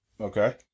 okay